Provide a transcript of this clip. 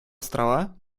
острова